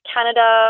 Canada